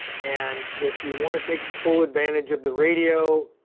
and if you want to take full advantage of the radio,